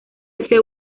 este